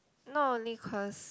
not only cause